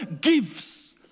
gives